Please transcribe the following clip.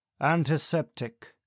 Antiseptic